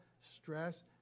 stress